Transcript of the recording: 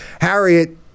Harriet